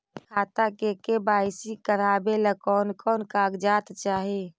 खाता के के.वाई.सी करावेला कौन कौन कागजात चाही?